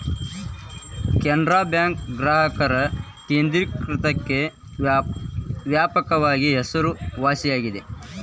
Canara bank ಗ್ರಾಹಕರ ಕೇಂದ್ರಿಕತೆಕ್ಕ ವ್ಯಾಪಕವಾಗಿ ಹೆಸರುವಾಸಿಯಾಗೆದ